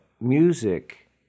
music